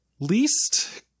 least